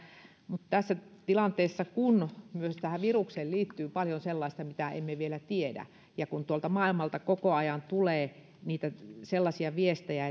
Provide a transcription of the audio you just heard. mutta tässä tilanteessa kun tähän virukseen liittyy paljon myös sellaista mitä emme vielä tiedä ja kun tuolta maailmalta koko ajan tulee viestejä